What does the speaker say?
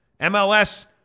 MLS